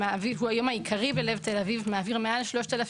שהיום הוא העיקרי בלב תל-אביב ומעביר מעל 3,000